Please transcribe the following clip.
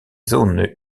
zones